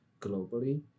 globally